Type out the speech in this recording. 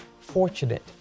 fortunate